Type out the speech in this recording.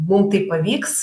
mum tai pavyks